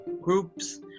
groups